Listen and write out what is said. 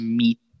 meet